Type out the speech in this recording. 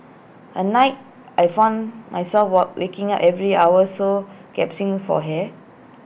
at night I found myself war waking up every hour or so gasping for hair